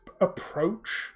approach